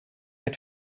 had